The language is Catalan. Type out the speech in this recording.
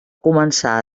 començar